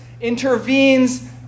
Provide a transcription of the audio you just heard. intervenes